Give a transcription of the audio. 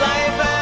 Life